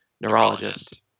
neurologist